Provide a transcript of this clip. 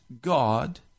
God